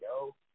yo